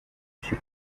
she